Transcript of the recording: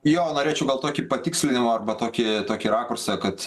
jo norėčiau gal tokį patikslinimą arba tokį tokį rakursą kad